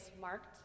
marked